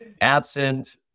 absent